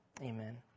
Amen